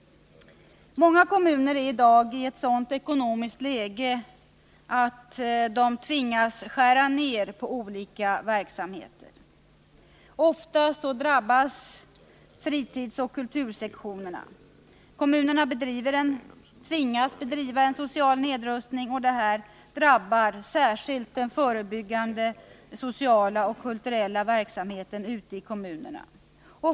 Många kommuner är i dag i ett ekonomiskt läge där de tvingas skära ned på olika verksamheter. Ofta drabbas fritidsoch kultursektionerna. Kommunerna tvingas bedriva social nedrustning, och det drabbar särskilt den förebyggande sociala och kulturella verksamheten ute i kommunerna.